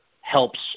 helps